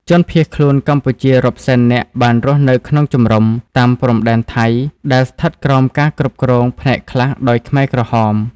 ជនភៀសខ្លួនកម្ពុជារាប់សែននាក់បានរស់នៅក្នុងជំរំតាមព្រំដែនថៃ ដែលស្ថិតក្រោមការគ្រប់គ្រងផ្នែកខ្លះដោយខ្មែរក្រហម។